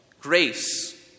Grace